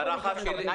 ההערכה שלי,